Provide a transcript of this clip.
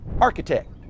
architect